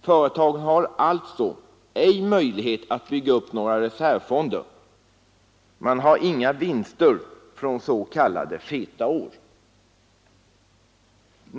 Företagen har alltså inte möjlighet att bygga upp några reservfonder — man har inga vinster från s.k. feta år.